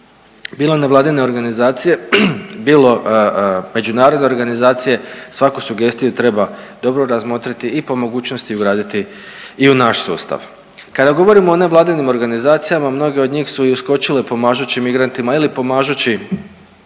bilo na vladine organizacije, bilo međunarodne organizacije svaku sugestiju treba dobro razmotriti i po mogućnosti ugraditi i u naš sustav. Kada govorio o nevladinim organizacija mnoge od njih su i uskočile pomažući migrantima ili pomažući,